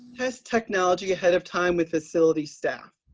test technology ahead of time with facility staff.